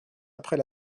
après